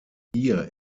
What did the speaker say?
hier